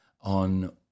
on